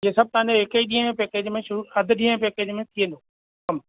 इहे सभु तव्हांजे हिक ई ॾींहं के पैकेज में शुरू अधु ॾींंह जे पैकेज में थी वेंदो कमु